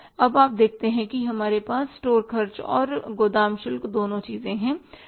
अब आप देखते हैं कि हमारे पास स्टोर खर्च और गोदाम शुल्क दोनों चीजें हैं